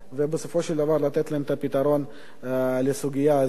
ובסופו של דבר לתת להם את הפתרון לסוגיה הזו.